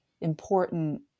important